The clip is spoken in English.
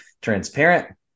transparent